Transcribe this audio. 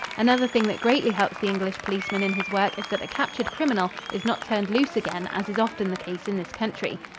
another thing that greatly helps the english policeman in his work is that a captured criminal is not turned loose again as is often the case in this country.